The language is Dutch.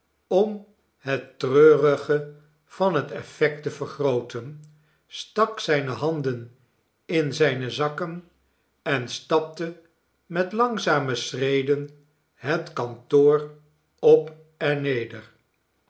om het treurige van het effect te vergrooten stak zijne handen in zijne zakken en stapte met langzame schreden het kantoor op en neder